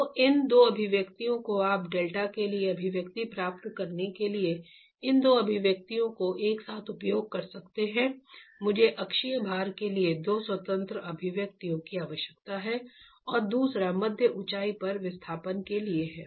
तो इन 2 अभिव्यक्तियों को आप डेल्टा के लिए अभिव्यक्ति प्राप्त करने के लिए इन 2 अभिव्यक्तियों का एक साथ उपयोग कर सकते हैं मुझे अक्षीय भार के लिए 2 स्वतंत्र अभिव्यक्तियों की आवश्यकता है और दूसरा मध्य ऊंचाई पर विस्थापन के लिए है